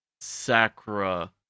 sacra